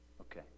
Okay